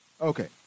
Okay